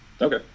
Okay